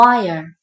Wire